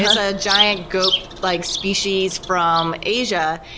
it's a giant goat-like like species from asia,